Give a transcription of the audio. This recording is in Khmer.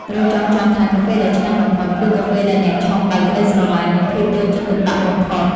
ត្រូវចងចាំថាកាហ្វេដែលឆ្ងាញ់បំផុត គឺកាហ្វេដែលអ្នកឆុងដោយក្ដីស្រឡាញ់ និងភាពយកចិត្តទុកដាក់បំផុត។